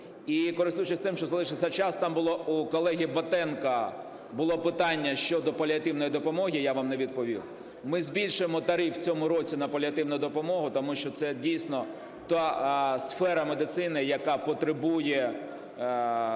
І користуючись тим, що залишився час. Там було у колеги Батенка питання щодо паліативної допомоги. Я вам не відповів. Ми збільшуємо тариф в цьому році на паліативну допомогу, тому що це, дійсно, та сфера медицини, яка потребує